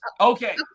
Okay